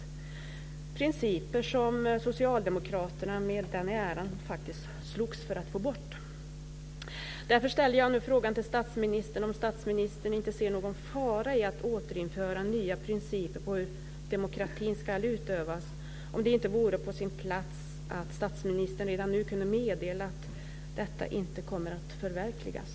Det är principer som socialdemokraterna med den äran faktiskt slogs för att få bort. Därför ställer jag nu frågan till statsministern om statsministern inte ser någon fara i att återinföra nya principer om hur demokratin ska utövas, och om det inte vore på sin plats att statsministern redan nu kunde meddela att detta inte kommer att förverkligas.